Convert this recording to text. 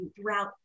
throughout